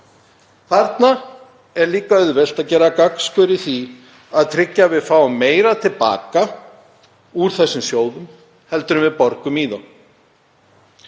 Þarna er líka auðvelt að gera gangskör í því að tryggja að við fáum meira til baka úr þessum sjóðum en við borgum í þá.